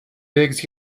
legs